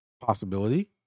Possibility